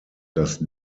dass